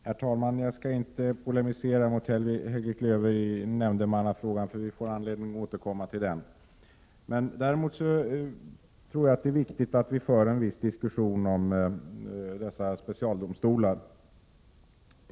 Herr talman! Jag skall inte polemisera med Helge Klöver i nämndemannafrågan. Vi får anledning återkomma till den. Däremot är det viktigt att vi för en viss diskussion om specialdomstolarna.